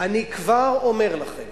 אני כבר אומר לכם